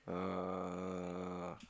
uh